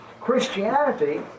Christianity